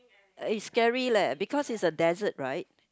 it's scary leh because it's a desert right